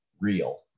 real